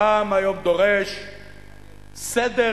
העם היום דורש סדר